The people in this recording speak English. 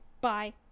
Bye